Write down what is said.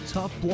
Tough